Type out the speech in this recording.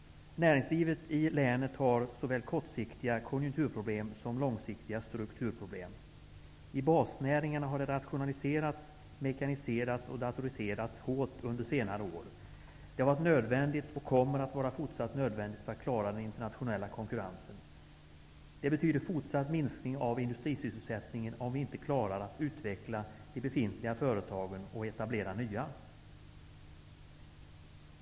Näringslivet i länet har såväl kortsiktiga konjunkturproblem som långsiktiga strukturproblem. I basnäringarna har det rationaliserats, mekaniserats och datoriserats hårt under senare år. Det har varit nödvändigt och kommer att vara fortsatt nödvändigt för att klara den internationella konkurrensen. Det betyder fortsatt minskning av industrisysselsättningen om vi inte klarar att utveckla de befintliga företagen och etablera nya.